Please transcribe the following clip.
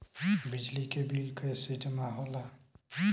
बिजली के बिल कैसे जमा होला?